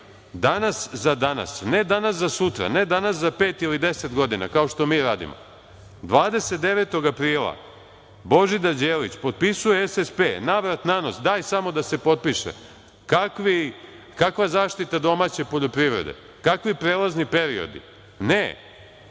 danas za danas, ne danas za sutra, ne danas za pet ili deset godina, kao što mi radimo. Dvadesetdevetog aprila Božidar Đelić potpisuje SSP, navrat na nos, daj samo da se potpiše. Kakva zaštita domaće poljoprivrede, kakvi prelazni periodi, ne, nema